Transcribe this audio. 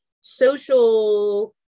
social